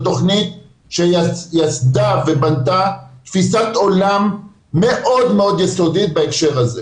זו תוכנית שייסדה ובנתה תפיסת עולם מאוד מאוד יסודית בהקשר הזה.